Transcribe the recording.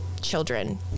children